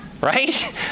Right